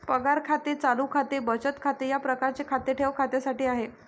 पगार खाते चालू खाते बचत खाते या प्रकारचे खाते ठेव खात्यासाठी आहे